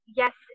yes